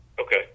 Okay